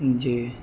جی